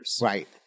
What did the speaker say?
Right